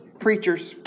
preachers